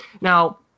Now